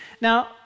Now